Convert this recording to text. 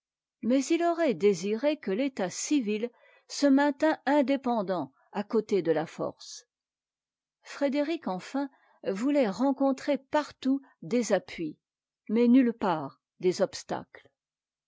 mais il aurait désiré que l'état civil se maintînt indépendant à côté de la force frédéric enfin voulait rencontrer partout des appuis mais nulle part des obstacles